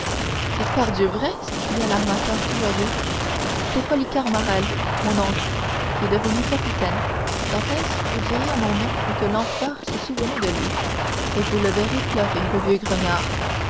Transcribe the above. c'est pardieu vrai s'écria l'armateur tout joyeux c'était policar morrel mon oncle qui est devenu capitaine dantès vous direz à mon oncle que l'empereur s'est souvenu de lui et vous le verrez pleurer le vieux